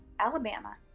alabama,